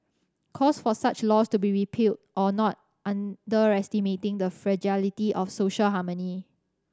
calls for such laws to be repealed or not underestimating the fragility of social harmony